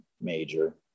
major